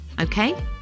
Okay